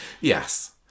Yes